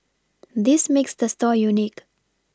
this makes the store unique